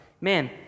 man